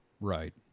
right